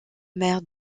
maire